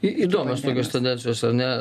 įdomios tokios tendencijos ar ne